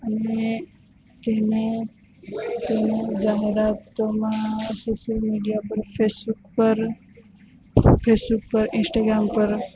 અને તેને તેને જાહેરાતોમાં સોશિયલ મીડિયા પર ફેસબુક પર ફેસબુક પર ઇન્સ્ટાગ્રામ પર